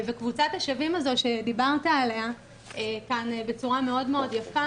קבוצת השווים הזו שדיברת עליה כאן בצורה מאוד יפה